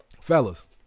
Fellas